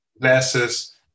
glasses